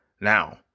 now